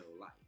life